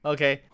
Okay